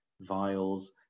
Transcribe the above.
vials